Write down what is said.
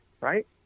right